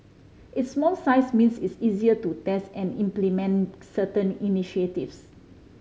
its small size means is easier to test and implement certain initiatives